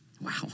Wow